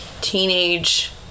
teenage